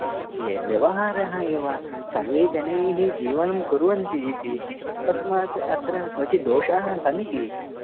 ए व्यवहारः एव सर्वे जनैः जीवनं कुर्वन्ति इति तस्मात् अत्र क्वचित् दोषाः सन्ति